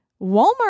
Walmart